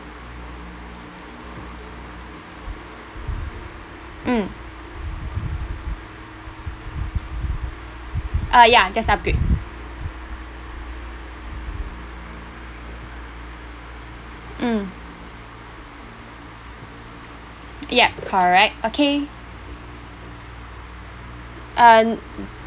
mm uh ya just upgrade mm yup correct okay um